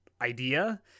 idea